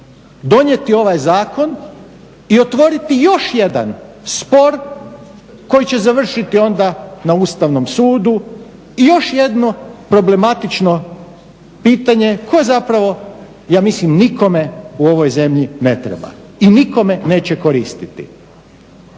donijeti ovaj zakon i otvoriti još jedan spor koji će završiti onda na Ustavnom sudu i još jedno problematično pitanje koje zapravo ja mislim nikome u ovoj zemlji ne treba i nikome neće koristiti.